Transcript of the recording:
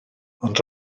ond